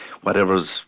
whatever's